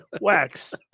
wax